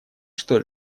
что